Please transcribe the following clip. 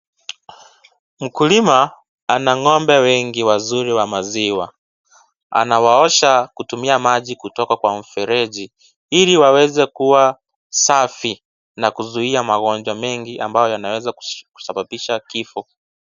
Mkulima ana ng'ombe wengi wazuri wa maziwa, anawaosha kutumia maji kutoka kwa mfereji ili waweze kuwa safi na kuzuia magonjwa mengi ambayo yanaweza kusababisha kifo.